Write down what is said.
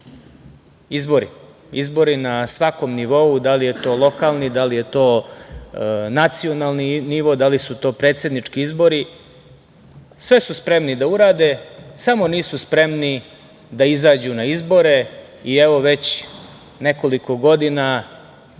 izbori. Izbori na svakom nivou, da li je to lokalni, da li je to nacionalni nivo, da li su to predsednički izbori, sve su spremni da urade, samo nisu spremni da izađu na izbore. Evo, već nekoliko godina,